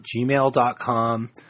gmail.com